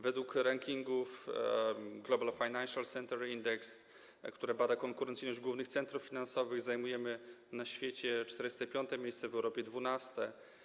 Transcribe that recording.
Według rankingów Global Financial Centres Index, które badają konkurencyjność głównych centrów finansowych, zajmujemy na świecie 45. miejsce, w Europie - 12.